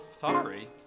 Sorry